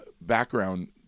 background